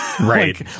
right